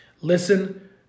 Listen